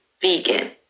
vegan